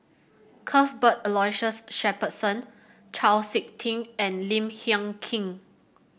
Cuthbert Aloysius Shepherdson Chau SiK Ting and Lim Hng Kiang